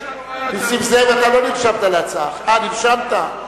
נסים זאב, אתה לא נרשמת להצעה אחרת אה, נרשמת.